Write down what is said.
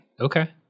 Okay